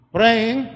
praying